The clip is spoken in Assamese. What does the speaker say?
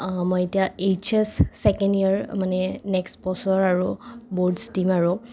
মই এতিয়া এইচ এচ ছেকেণ্ড ইয়েৰ মানে নেক্সট বছৰ আৰু ব'ৰ্ডচ দিম আৰু